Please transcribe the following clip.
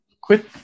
Quit